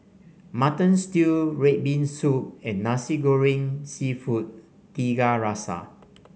Mutton Stew red bean soup and Nasi Goreng seafood Tiga Rasa